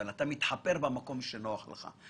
אבל אתה מתחפר במקום שנוח לך.